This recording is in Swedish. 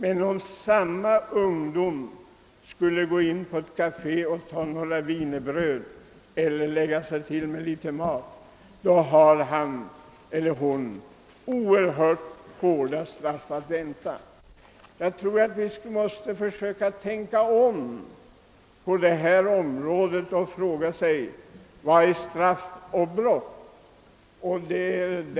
Men om samma unga människa går in på ett kafé och tar litet mat eller några wienerbröd, så har han eller hon ett hårt straff att vänta. Nej, vi måste tänka om beträffande frågan om brott och straff.